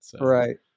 Right